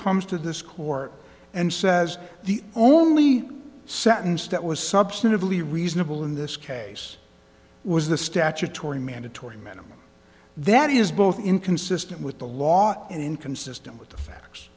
comes to this court and says the only sentence that was substantively reasonable in this case was the statutory mandatory minimum that is both inconsistent with the law and inconsistent with the facts